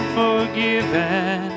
forgiven